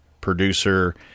producer